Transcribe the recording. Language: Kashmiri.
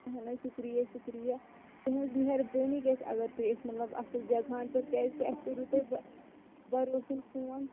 اہن حظ شُکریہ شُکریہ تُہنٛز مہربٲنی گَژھہِ اگر تُہۍ اَسہِ مطلب اصل جگہن پٮ۪ٹھ کیازکہِ اَسہِ کوٚروُ تۄہہِ بَروسَن فوٗن